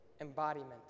embodiment